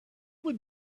would